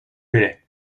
bellay